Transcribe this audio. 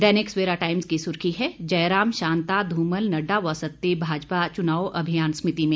दैनिक Savera Times की सुर्खी है जयराम शांता धूमल नड्डा व सत्ती भाजपा चुनाव अभियान समिति में